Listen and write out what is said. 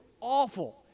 awful